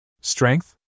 Strength